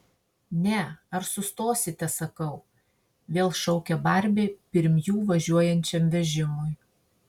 ne ar sustosite sakau vėl šaukia barbė pirm jų važiuojančiam vežimui